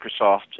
Microsoft